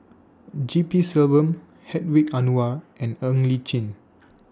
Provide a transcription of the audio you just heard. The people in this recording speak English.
G P Selvam Hedwig Anuar and Ng Li Chin